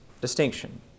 distinction